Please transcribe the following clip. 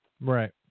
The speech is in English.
Right